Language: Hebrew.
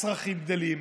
הצרכים גדלים,